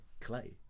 Clay